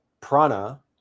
prana